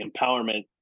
empowerment